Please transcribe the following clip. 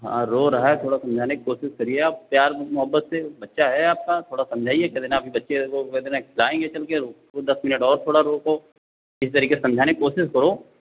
रो रहा है थोड़ा समझाने की कोशिश करिए आप प्यार मोहब्बत से बच्चा है आपका थोड़ा समझाइए कह देना अभी बच्चे को कह देना खिलाएँगे चल के रुको दस मिनट और थोड़ा रोको किसी तरीक़े से समझाने की कोशिश करो